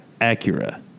Acura